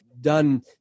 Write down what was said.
done